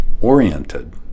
oriented